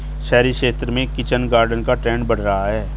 शहरी क्षेत्र में किचन गार्डन का ट्रेंड बढ़ रहा है